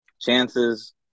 chances